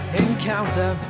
encounter